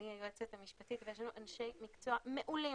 אני יועצת משפטית ויש לנו אנשי מקצוע מעולים